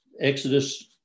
Exodus